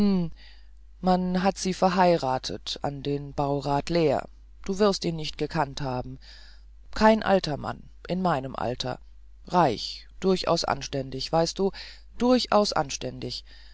man hatte sie verheiratet an den baurat lehr du wirst ihn nicht mehr gekannt haben kein alter mann in meinem alter reich durchaus anständig weißt du durchaus anständig